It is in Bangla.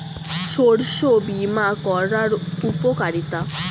শস্য বিমা করার উপকারীতা?